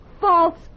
False